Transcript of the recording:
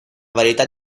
varietà